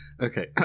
okay